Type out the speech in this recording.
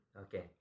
Okay